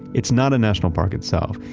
it's not a national park itself,